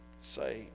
say